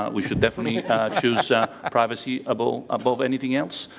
um we should definitely choose ah privacy above ah above anything else,